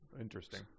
interesting